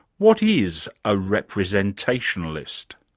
what is a representationalist?